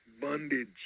bondage